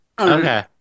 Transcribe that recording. okay